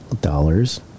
dollars